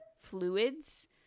fluids